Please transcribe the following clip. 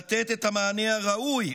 לתת את המענה הראוי